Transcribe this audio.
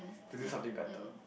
to do something better